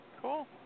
Cool